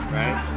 right